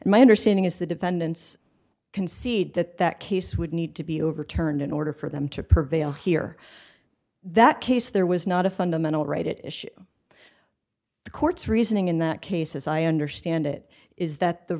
my understanding is the defendants concede that that case would need to be overturned in order for them to prevail here that case there was not a fundamental right at issue the court's reasoning in that case as i understand it is that the